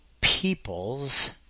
peoples